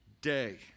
day